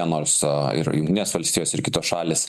nors ir jungtinės valstijos ir kitos šalys